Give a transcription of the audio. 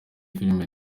filime